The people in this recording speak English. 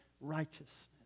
righteousness